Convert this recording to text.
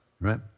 right